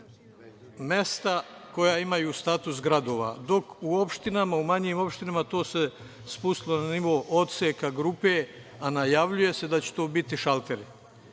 mesta koja imaju status gradova, dok se u manjim opštinama to spustilo na nivo odseka, grupe, a najavljuje se da će to biti šalteri.